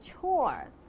chore